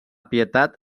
pietat